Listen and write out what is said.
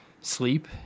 Sleep